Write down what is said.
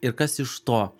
ir kas iš to